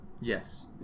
Yes